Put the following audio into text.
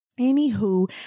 anywho